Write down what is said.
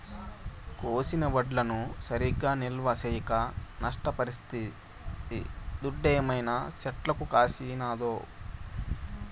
కోసిన వడ్లను సరిగా నిల్వ చేయక నష్టపరిస్తిది దుడ్డేమైనా చెట్లకు కాసినాదో